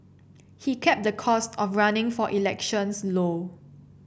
he kept the cost of running for elections low